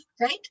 Right